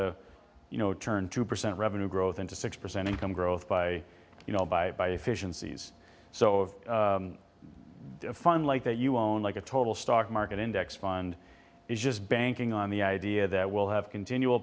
to you know turn two percent revenue growth into six percent income growth by you know by by efficiencies so if you define like that you won't like a total stock market index fund is just banking on the idea that we'll have continual